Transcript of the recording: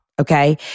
Okay